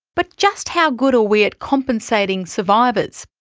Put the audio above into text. but just how good are we at compensating survivors,